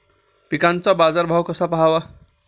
पिकांचा बाजार भाव कसा पहावा?